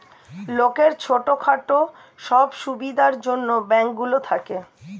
লোকের ছোট খাটো সব সুবিধার জন্যে ব্যাঙ্ক গুলো থাকে